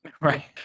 right